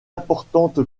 importante